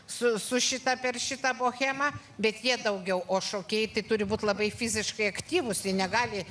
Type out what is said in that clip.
su su šita per šitą bohemą bet jie daugiau o šokėjai tai turi būt labai fiziškai aktyvūs jie negali